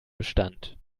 bestand